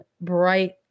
bright